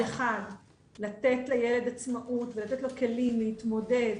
אחד לתת לילד עצמאות ולתת לו כלים להתמודד